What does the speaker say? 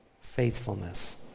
faithfulness